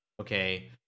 okay